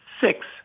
six